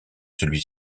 celui